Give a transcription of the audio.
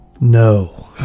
No